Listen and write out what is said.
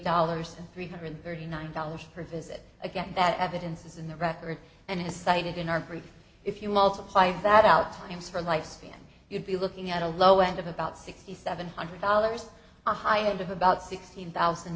dollars and three hundred and thirty nine dollars per visit again that evidence is in the record and has cited in our brief if you multiply that out times for lifespan you'd be looking at a low end of about six thousand seven hundred dollars on high end of about sixteen thousand